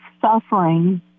suffering